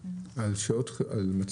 חל איסור על ההשלכה של השיירים שלו לים.